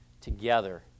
together